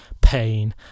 pain